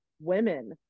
women